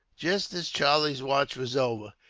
just as charlie's watch was over,